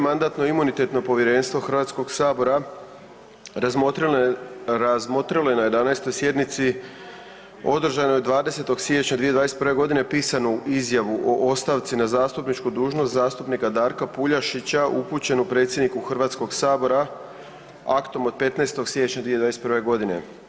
Mandatno-imunitetno povjerenstvo Hrvatskoga sabora razmotrilo je na 11. sjednici održanoj 20. siječnja 2021. godine pisanu izjavu o ostavci na zastupničku dužnost zastupnika Darka Puljašića upućenu predsjedniku Hrvatskoga sabora aktom od 15. siječnja 2021. godine.